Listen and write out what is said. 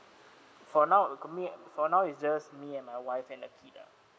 for now coming for now is just me and my wife and a kid ah